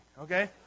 okay